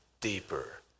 deeper